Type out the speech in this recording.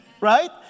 right